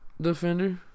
defender